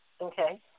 Okay